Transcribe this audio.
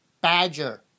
badger